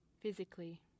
Physically